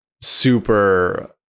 super